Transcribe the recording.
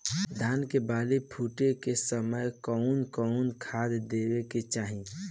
धान के बाली फुटे के समय कउन कउन खाद देवे के चाही?